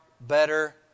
better